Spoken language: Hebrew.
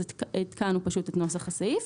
עדכנו את נוסח הסעיף.